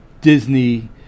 Disney